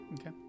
Okay